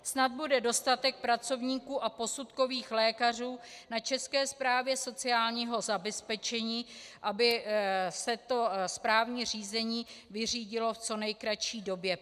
Snad bude dostatek pracovníků a posudkových lékařů na České správě sociálního zabezpečení, aby se to správní řízení vyřídilo pak v co nejkratší době.